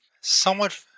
somewhat